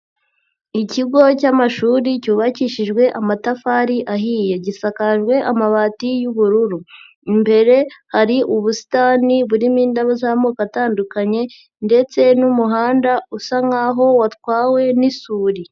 Ikigo cy'amashuri cyubakishijwe amatafari ahiye gisakajwe amabati y'ubururu, imbere hari ubusitani burimo indabo z'amoko atandukanye ndetse n'umuhanda usa nkaho watwawe n'isuri.